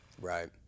Right